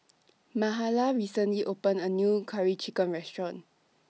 Mahala recently opened A New Curry Chicken Restaurant